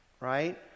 right